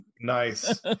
nice